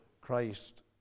Christ